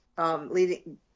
leading